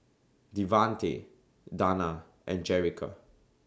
Devante Danna and Jerrica